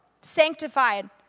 sanctified